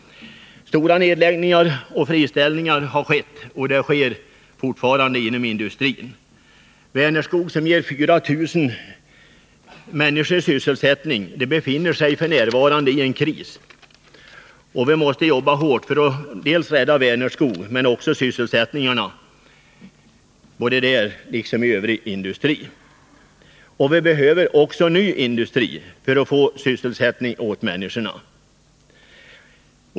Stora nedläggningar och friställningar har skett inom industrin och sker fortfarande. Vänerskog, som ger 4 000 människor sysselsättning, befinner sig f.n. i en kris. Vi måste jobba hårt för att rädda Vänerskog och sysselsättningen både där och i övrig industri. Vi behöver också ny industri för att få sysselsättning åt människorna.